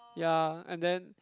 ya and then